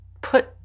put